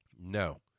No